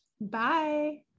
Bye